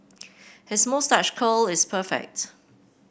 his moustache curl is perfect